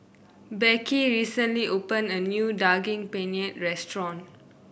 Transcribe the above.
Becky recently opened a new Daging Penyet Restaurant